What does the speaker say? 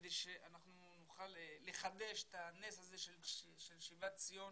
כדי שנוכל לחדש את הנס הזה של שיבת ציון